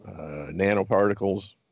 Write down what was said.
nanoparticles